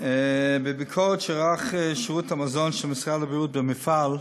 בביקורת שערך שירות המזון של משרד הבריאות במפעל,